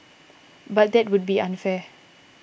but that would be unfair